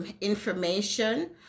information